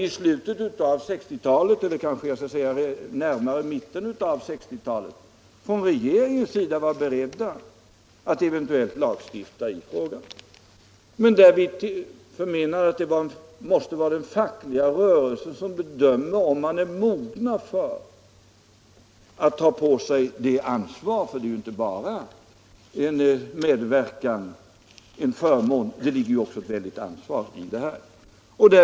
I slutet av 1960-talet — eller kanske jag skall säga i mitten av 1960-talet — var vi från regeringens sida beredda att eventuellt lagstifta i frågan. Men vi förmenade att det måste vara den fackliga rörelsen som bedömer om man är mogen för att ta på sig ansvaret. Det är ju inte bara fråga om en förmån utan också ett väldigt ansvar.